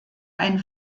ein